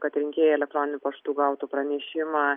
kad rinkėjai elektroniniu paštu gautų pranešimą